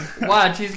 Watch